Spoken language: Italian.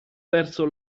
verso